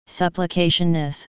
supplicationness